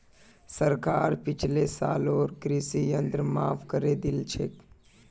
सरकार पिछले सालेर कृषि ऋण माफ़ करे दिल छेक